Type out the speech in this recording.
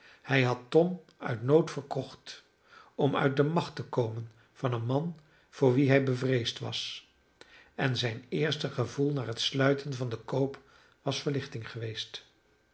hij had tom uit nood verkocht om uit de macht te komen van een man voor wien hij bevreesd was en zijn eerste gevoel na het sluiten van den koop was verlichting geweest